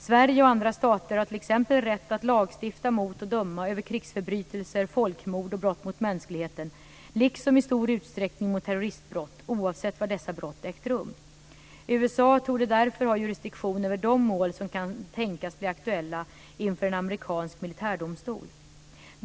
Sverige och andra stater har t.ex. rätt att lagstifta mot och döma över krigsförbrytelser, folkmord och brott mot mänskligheten, liksom i stor utsträckning mot terroristbrott, oavsett var dessa brott ägt rum. USA torde därför ha jurisdiktion över de mål som kan tänkas bli aktuella inför en amerikansk militärdomstol.